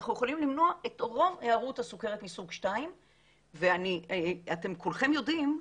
אנחנו יכולים למנוע את רוב היערות הסכרת מסוג 2. אתם כולכם יודעים,